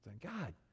god